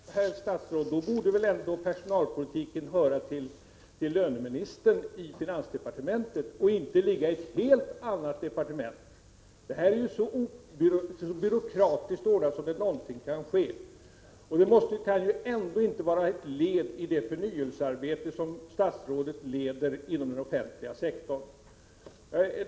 Herr talman! Men, herr statsrådet, då borde väl ändå personalpolitiken höra till löneministerns verksamhetsområde och ligga i finansdepartementet och inte i ett helt annat departement. Det är så byråkratiskt ordnat som det någonsin kan bli. Det kan ju ändå inte vara ett led i det förnyelsearbete som statsrådet leder inom den offentliga sektorn.